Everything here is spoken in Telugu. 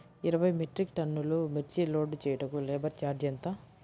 ఇరవై మెట్రిక్ టన్నులు మిర్చి లోడ్ చేయుటకు లేబర్ ఛార్జ్ ఎంత?